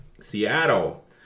Seattle